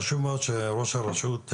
חשוב מאוד שראש הרשות בהיג'